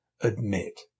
admit